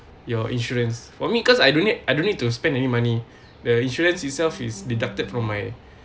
your insurance for me cause I don't need I don't need to spend any money the insurance itself is deducted from my